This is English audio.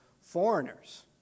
foreigners